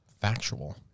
factual